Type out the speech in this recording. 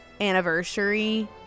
anniversary